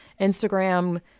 Instagram